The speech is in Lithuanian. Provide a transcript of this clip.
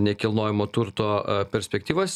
nekilnojamo turto perspektyvas